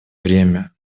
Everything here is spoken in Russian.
время